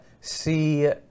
see